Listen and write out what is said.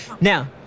Now